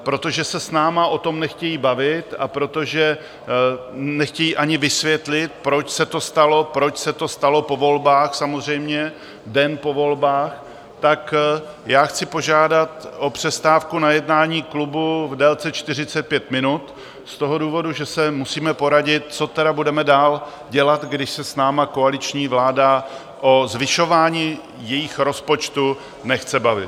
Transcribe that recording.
A protože se s námi o tom nechtějí bavit a protože nechtějí ani vysvětlit, proč se to stalo, proč se to stalo po volbách samozřejmě, den po volbách, chci požádat o přestávku na jednání klubu v délce 45 minut z důvodu, že se musíme poradit, co tedy budeme dál dělat, když se s námi koaliční vláda o zvyšování jejich rozpočtu nechce bavit.